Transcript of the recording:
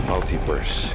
Multiverse